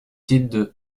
titres